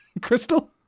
Crystal